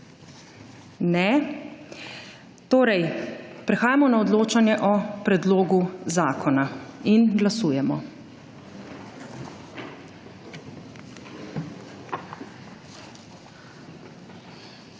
(Ne.) Torej, prehajamo na odločanje o predlogu zakona. Glasujemo.